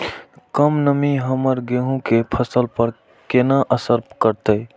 कम नमी हमर गेहूँ के फसल पर केना असर करतय?